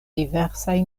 diversaj